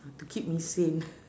to keep me sane